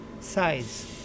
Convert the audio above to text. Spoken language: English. size